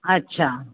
अच्छा